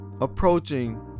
approaching